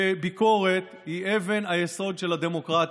ביקורת היא אבן היסוד של הדמוקרטיה.